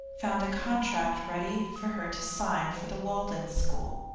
found a contract ready for her to sign for the walden school.